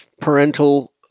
parental